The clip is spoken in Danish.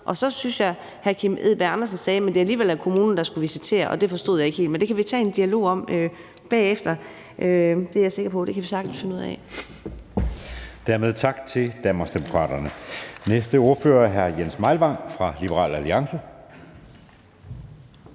Så syntes jeg, hr. Kim Edberg Andersen sagde, at det alligevel var kommunen, der skulle visitere, og det forstod jeg ikke helt. Men det kan vi tage en dialog om bagefter. Det er jeg sikker på vi sagtens kan finde ud af.